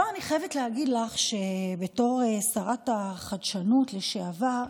פה אני חייבת להגיד לך, בתור שרת החדשנות לשעבר,